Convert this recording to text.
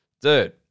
Dude